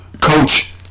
Coach